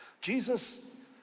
Jesus